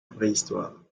préhistoire